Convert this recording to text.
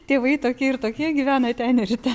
tėvai tokie ir tokie gyvena ten ir te